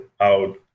out